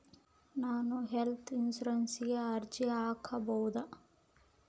ನಾನು ಹೆಲ್ತ್ ಇನ್ಶೂರೆನ್ಸಿಗೆ ಅರ್ಜಿ ಹಾಕಬಹುದಾ?